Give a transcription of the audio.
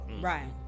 Right